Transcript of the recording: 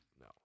No